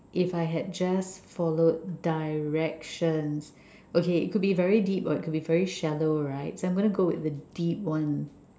if I had just followed directions okay it could be very deep or it could be very shallow right so I am going with the deep one